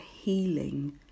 healing